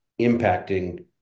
impacting